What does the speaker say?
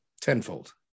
tenfold